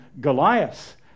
Goliath